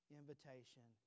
invitation